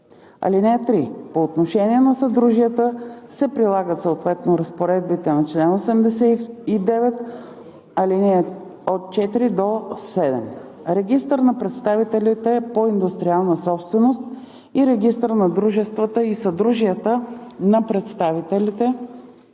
(3) По отношение на съдружията се прилагат съответно разпоредбите на чл. 89, ал. 4 – 7. Регистър на представителите по индустриална собственост и Регистър на дружествата и съдружията на представителите